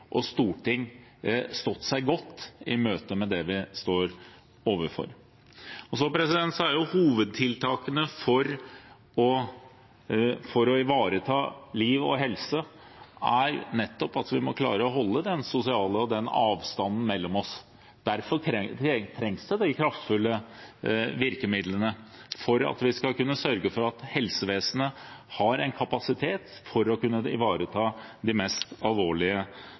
og regjering i de første ukene i den krisen vi er inne i, har stått seg godt i møte med det vi står overfor. Hovedtiltakene for å ivareta liv og helse er nettopp at vi må klare å holde avstand mellom oss, og derfor trengs de kraftfulle virkemidlene for at vi skal kunne sørge for at helsevesenet har kapasitet til å kunne ivareta de mest